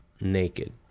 Naked